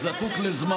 זה היה ממש לגיטימי.